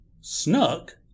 Snuck